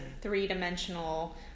three-dimensional